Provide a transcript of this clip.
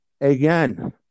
Again